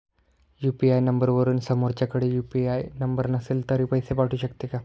UPI नंबरवरून समोरच्याकडे UPI number नसेल तरी पैसे पाठवू शकते का?